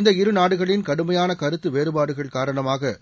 இந்த இருநாடுகளின் கடுமையான கருத்து வேறுபாடுகள் காரணமாக